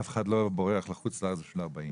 אף אחד לא בורח לחו"ל בשביל 40,